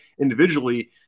individually